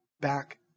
back